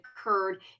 occurred